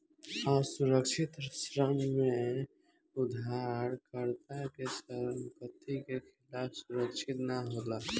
असुरक्षित ऋण में उधारकर्ता के संपत्ति के खिलाफ सुरक्षित ना होला